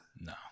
No